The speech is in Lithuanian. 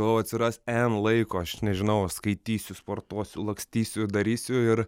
galvojau atsiras n laiko aš nežinau skaitysiu sportuosiu lakstysiu darysiu ir